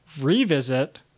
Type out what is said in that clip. revisit